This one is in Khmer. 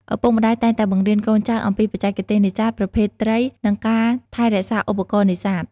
ឪពុកម្តាយតែងតែបង្រៀនកូនចៅអំពីបច្ចេកទេសនេសាទ ប្រភេទត្រី និងការថែរក្សាឧបករណ៍នេសាទ។